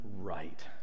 right